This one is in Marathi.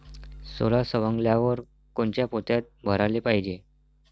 सोला सवंगल्यावर कोनच्या पोत्यात भराले पायजे?